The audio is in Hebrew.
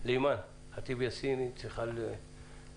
אימאן ח'טיב יאסין מאחר והיא צריכה ללכת לדיון אחר.